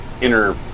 inner